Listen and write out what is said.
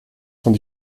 sans